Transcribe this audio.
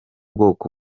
bwoko